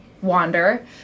wander